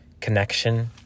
connection